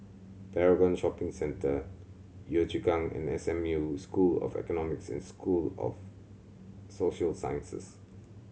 Paragon Shopping Centre Yio Chu Kang and S M U School of Economics and School of Social Sciences